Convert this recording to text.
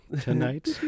Tonight